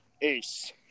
Ace